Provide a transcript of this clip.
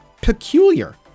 peculiar